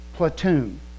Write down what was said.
Platoon